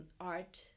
art